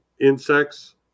insects